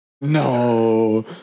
No